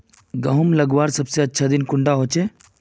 गहुम लगवार सबसे अच्छा दिन कुंडा होचे?